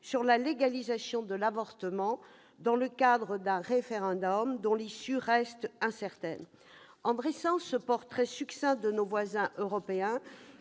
sur la légalisation de l'avortement, dans le cadre d'un référendum dont l'issue reste néanmoins incertaine. En dressant ce portrait succinct de nos voisins européens,